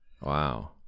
Wow